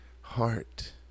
heart